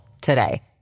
today